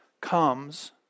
comes